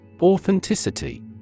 Authenticity